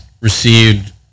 received